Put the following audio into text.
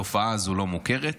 התופעה הזו לא מוכרת,